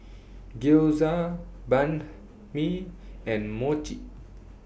Gyoza Banh MI and Mochi